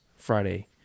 Friday